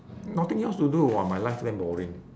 nothing else to do [what] my life damn boring